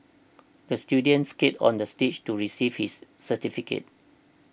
the student skated onto the stage to receive his certificate